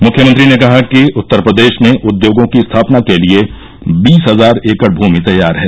मुख्यमंत्री ने कहा कि उत्तर प्रदेश में उद्योगों की स्थापना के लिए बीस हजार एकड़ भूमि तैयार है